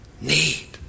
need